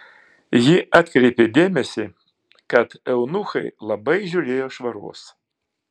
ji atkreipė dėmesį kad eunuchai labai žiūrėjo švaros